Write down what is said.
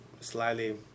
slightly